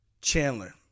Chandler